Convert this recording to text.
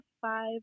five